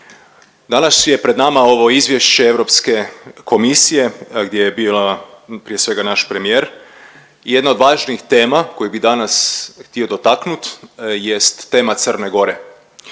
Danas je pred nama ovo izvješće Europske komisije gdje je bio prije svega naš premijer. Jedna od važnijih tema koju bi danas htio dotaknut jest tema Crne Gore